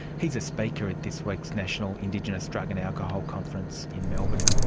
he is a speaker at this week's national indigenous drug and alcohol conference in melbourne.